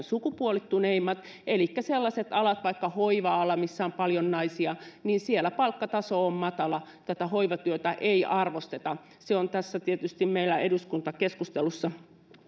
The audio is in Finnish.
sukupuolittuneimmat elikkä sellaisilla aloilla kuin vaikka hoiva alalla jossa on paljon naisia palkkataso on matala tätä hoivatyötä ei arvosteta tämä hoivatyö on tietysti tässä meillä eduskuntakeskustelussa